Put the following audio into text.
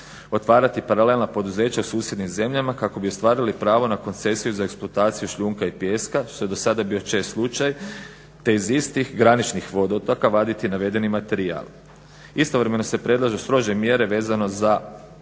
otvarati paralelna poduzeća u susjednim zemljama kako bi ostvarili pravo na koncesiju za eksploataciju šljunka i pijeska što je do sada bio čest slučaj te iz istih graničnih vodotoka vaditi navedeni materijal. Istovremeno se predlažu strože mjere vezano za